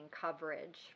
coverage